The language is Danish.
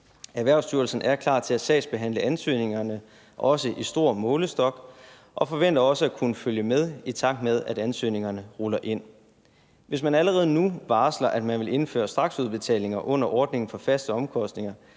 Erhvervsstyrelsen er klar til at sagsbehandle ansøgningerne, også i stor målestok, og forventer også at kunne følge med, i takt med at ansøgningerne ruller ind. Hvis man allerede nu varsler, at man vil indføre straksudbetalinger under ordningen for faste omkostninger,